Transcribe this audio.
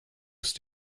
ist